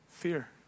fear